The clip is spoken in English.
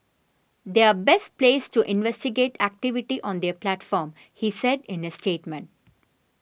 they are best placed to investigate activity on their platform he said in a statement